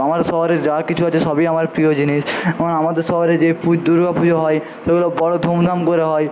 আমাদের শহরে যা কিছু আছে সবই আমার প্রিয় জিনিস যেমন আমাদের শহরে যে দুর্গা পুজো হয় সেগুলো বড় ধুমধাম করে হয়